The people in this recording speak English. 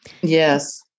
Yes